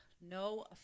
no